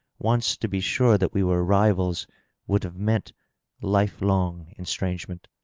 once to be sure that we were rivals would have meant life-long estrangement.